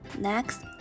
Next